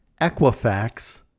Equifax